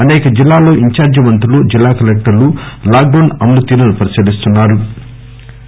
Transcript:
అనేక జిల్లాల్లో ఇంఛార్లీ మంత్రులు జిల్లా కలెక్టర్లు లాక్ డౌన్ అమలు తీరును పరిశీలిస్తున్నా రు